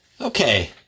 Okay